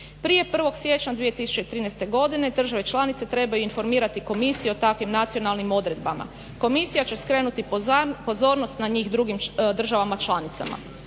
Prije 1. siječnja 2013. godine države članice trebaju informirati komisiju o takvim nacionalnim odredbama. Komisija će skrenuti pozornost na njih drugim državama članicama.